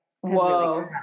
Whoa